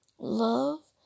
Love